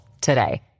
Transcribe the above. today